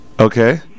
Okay